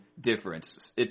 difference